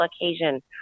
occasion